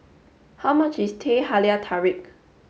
how much is Teh Halia Tarik